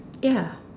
ya